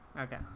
okay